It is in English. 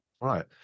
Right